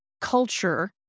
culture